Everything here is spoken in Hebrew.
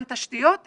גם תשתיות אין.